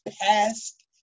past